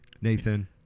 nathan